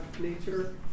nature